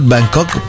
Bangkok